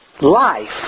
Life